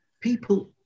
people